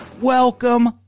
welcome